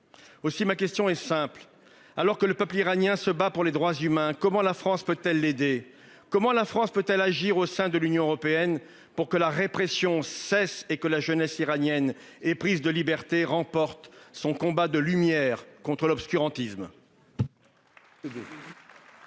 Aussi ma question est simple, alors que le peuple iranien se bat pour les droits humains. Comment la France peut-elle l'aider. Comment la France peut-elle agir au sein de l'Union européenne pour que la répression cessent et que la jeunesse iranienne éprise de liberté, remporte son combat de Lumières contre l'obscurantisme.